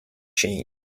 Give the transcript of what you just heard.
change